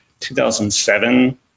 2007